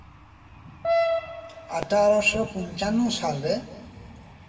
ᱟᱴᱟᱨᱳᱥᱚ ᱯᱚᱧᱪᱟᱱᱱᱚ ᱥᱟᱞᱨᱮ